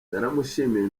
naramushimiye